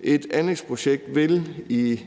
Et anlægsprojekt vil i